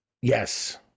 Yes